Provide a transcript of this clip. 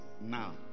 now